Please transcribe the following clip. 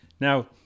Now